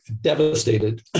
devastated